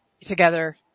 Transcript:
together